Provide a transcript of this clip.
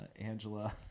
Angela